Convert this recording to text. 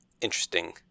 interesting